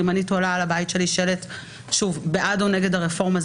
אם מישהו תולה על הבית שלט בעד או נגד הרפורמה,